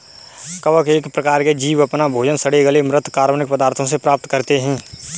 कवक एक प्रकार के जीव अपना भोजन सड़े गले म्रृत कार्बनिक पदार्थों से प्राप्त करते हैं